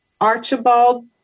Archibald